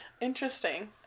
interesting